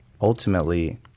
ultimately